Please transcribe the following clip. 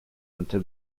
until